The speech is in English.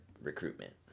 recruitment